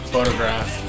Photograph